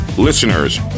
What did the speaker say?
Listeners